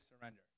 surrender